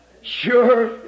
Sure